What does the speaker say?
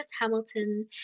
Hamilton